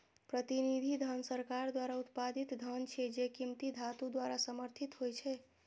प्रतिनिधि धन सरकार द्वारा उत्पादित धन छियै, जे कीमती धातु द्वारा समर्थित होइ छै